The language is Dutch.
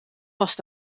vast